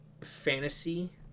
fantasy